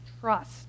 trust